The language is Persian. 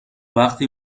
وقتی